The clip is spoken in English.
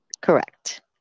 Correct